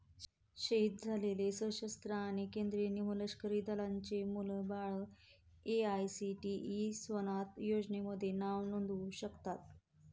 शहीद झालेले सशस्त्र आणि केंद्रीय निमलष्करी दलांचे मुलं बाळं ए.आय.सी.टी.ई स्वानथ योजनेमध्ये नाव नोंदवू शकतात